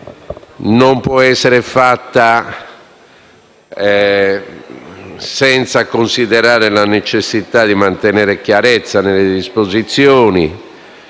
non può essere fatta senza considerare la necessità di mantenere chiarezza nelle disposizioni,